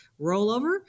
rollover